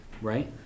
Right